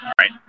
right